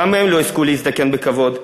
גם הם לא יזכו להזדקן בכבוד,